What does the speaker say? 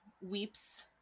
weeps